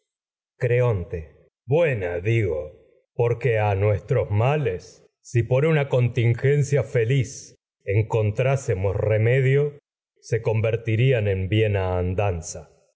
buena digo porque nuestros males si se por una contingencia feliz en encontrásemos remedio convertirían edipo